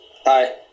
hi